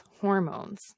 hormones